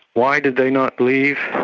why did they not leave?